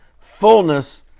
Fullness